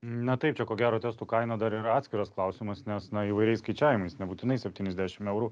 na taip čia ko gero testų kaina dar yra atskiras klausimas nes na įvairiais skaičiavimais nebūtinai septyniasdešimt eurų